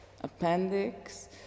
appendix